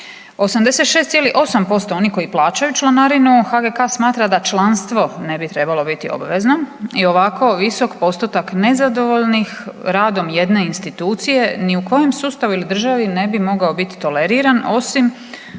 86,8% oni koji plaćaju članarinu HGK smatra da članstvo ne bi trebalo biti obvezno i ovako visok postotak nezadovoljnih radom jedne institucije ni u kojem sustavu ili državi ne bi mogao biti toleriran, osim